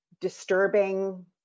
disturbing